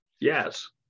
yes